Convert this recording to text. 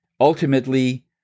Ultimately